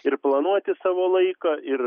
ir planuoti savo laiką ir